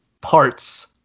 parts